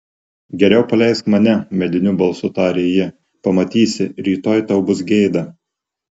geriau paleisk mane mediniu balsu tarė ji pamatysi rytoj tau bus gėda